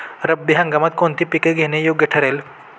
रब्बी हंगामात कोणती पिके घेणे योग्य ठरेल?